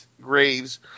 Graves